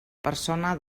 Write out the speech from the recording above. persona